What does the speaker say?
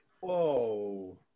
Whoa